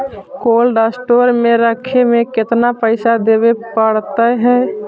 Cold store में रखे में केतना पैसा देवे पड़तै है?